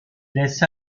laisse